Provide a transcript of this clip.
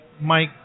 Mike